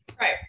Right